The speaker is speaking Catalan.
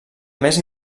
més